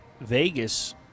Vegas